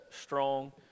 strong